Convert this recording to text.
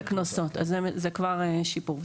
אז זה כבר שיפור.